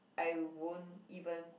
I won't even